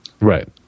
Right